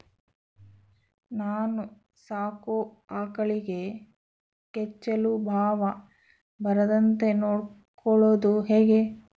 ನಾನು ಸಾಕೋ ಆಕಳಿಗೆ ಕೆಚ್ಚಲುಬಾವು ಬರದಂತೆ ನೊಡ್ಕೊಳೋದು ಹೇಗೆ?